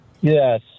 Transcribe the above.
Yes